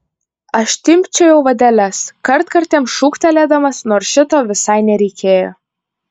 aš timpčiojau vadeles kartkartėm šūktelėdamas nors šito visai nereikėjo